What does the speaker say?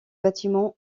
bâtiment